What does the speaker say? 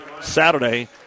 Saturday